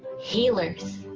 healers